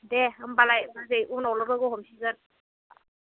दे होमब्लालाय बाजै उनावल' लोगो हमसिगोन